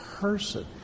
person